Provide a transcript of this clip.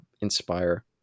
inspire